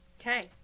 okay